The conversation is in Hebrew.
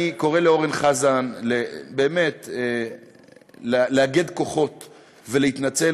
אני קורא לאורן חזן באמת לאגד כוחות ולהתנצל.